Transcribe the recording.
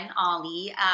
Ollie